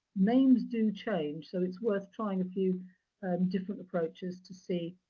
names do change, so it's worth trying a few different approaches to see